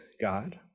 God